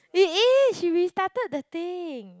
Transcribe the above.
it is she restarted the thing